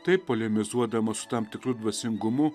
taip polemizuodamas su tam tikru dvasingumu